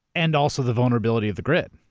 and also the vulnerability of the grid.